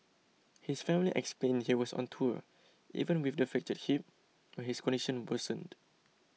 his family explained he was on tour even with the fractured hip when his condition worsened